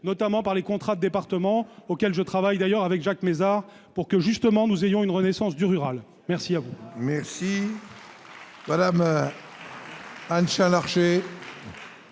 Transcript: notamment par les contrats département auquel je travaille d'ailleurs avec Jacques Mézard pour que justement, nous ayons une renaissance du rural, merci à vous.